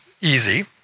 easy